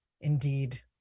indeed